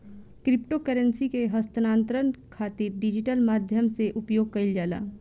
crypto currency के हस्तांतरण खातिर डिजिटल माध्यम से उपयोग कईल जाला